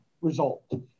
result